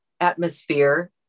atmosphere